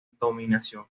dominación